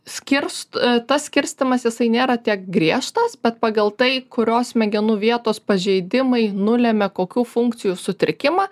skirst tas skirstymas jisai nėra tiek griežtas bet pagal tai kurios smegenų vietos pažeidimai nulemia kokių funkcijų sutrikimą